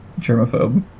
germaphobe